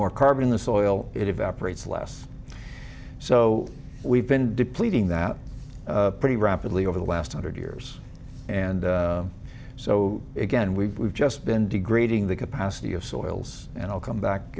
more carbon in the soil it evaporates less so we've been depleting that pretty rapidly over the last hundred years and so again we've just been degrading the capacity of soils and i'll come back